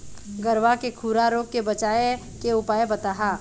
गरवा के खुरा रोग के बचाए के उपाय बताहा?